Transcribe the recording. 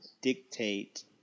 dictate